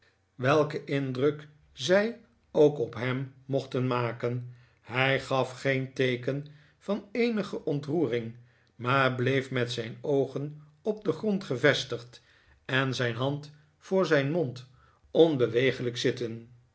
welken indruk zij ook op hem mochten maken hij gaf geen teeken van eenige ontroering maar bleef met zijn oogen op den grond gevestigd en zijn hand voor zijn mond onbeweeglijk zitten